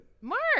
Mark